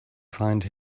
find